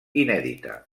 inèdita